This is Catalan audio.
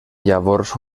llavors